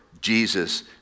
jesus